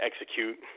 execute